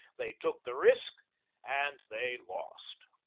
they took the risk and they lost.